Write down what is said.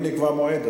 אם נקבע מועד,